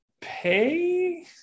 pay